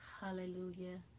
Hallelujah